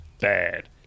Bad